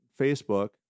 facebook